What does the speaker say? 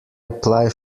apply